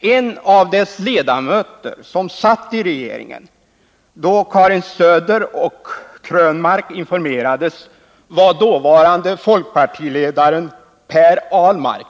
En av dem som satt i regeringen då Karin Söder och Eric Krönmark informerades var dåvarande folkpartiledaren Per Ahlmark.